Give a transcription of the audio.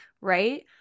right